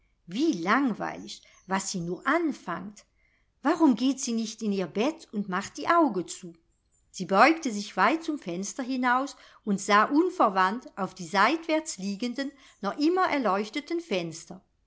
wie langweilig was sie nur anfangt warum geht sie nicht in ihr bett und macht die auge zu sie beugte sich weit zum fenster hinaus und sah unverwandt auf die seitwärts liegenden noch immer erleuchteten fenster